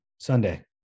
Sunday